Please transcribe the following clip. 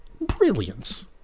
Brilliance